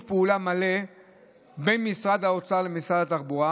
פעולה מלא בין משרד האוצר למשרד התחבורה.